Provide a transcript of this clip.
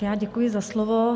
Já děkuji za slovo.